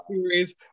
series